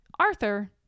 arthur